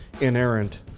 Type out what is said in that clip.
inerrant